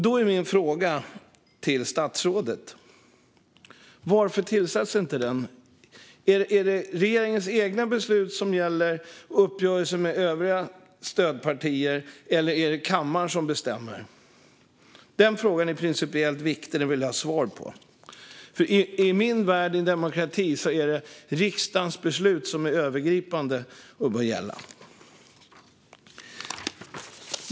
Då är min fråga till statsrådet: Varför tillsätts inte den? Är det regeringens beslut som gäller och uppgörelsen med stödpartierna, eller är det kammaren som bestämmer? Den frågan är principiellt viktig. Den vill jag ha svar på. I min värld, i en demokrati, är det riksdagens beslut som är övergripande och som bör gälla.